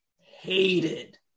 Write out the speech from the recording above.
hated